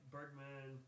Bergman